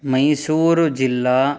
मैसूरुजिल्ला